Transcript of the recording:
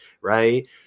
Right